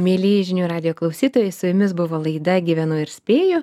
mielieji žinių radijo klausytojai su jumis buvo laida gyvenu ir spėju